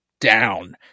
down